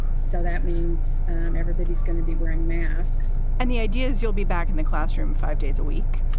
so that means everybody's going to be wearing masks and the idea is you'll be back in the classroom five days a week.